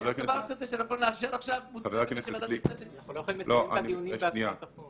--- אנחנו לא יכולים לסיים את הדיונים בהצעת החוק.